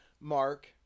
Mark